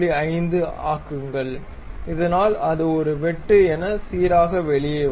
5 ஆக்குங்கள் இதனால் அது ஒரு வெட்டு என சீராக வெளியே வரும்